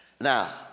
Now